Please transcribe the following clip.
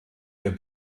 der